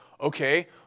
Okay